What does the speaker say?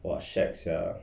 !wah! shag sia